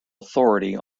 authority